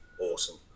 awesome